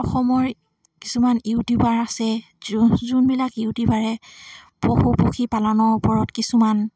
অসমৰ কিছুমান ইউটিউবাৰ আছে যোন যোনবিলাক ইউটিউবাৰে পশু পক্ষী পালনৰ ওপৰত কিছুমান